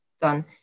done